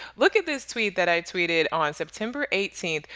look at this tweet that i tweeted on september eighteen,